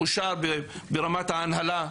אושר ברמת ההנהלה?